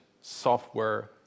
Software